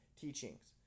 teachings